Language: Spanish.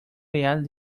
real